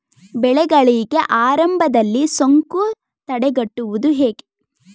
ಬೆಳೆಗಳಿಗೆ ಆರಂಭದಲ್ಲಿ ಸೋಂಕು ತಡೆಗಟ್ಟುವುದು ಹೇಗೆ?